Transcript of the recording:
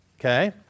Okay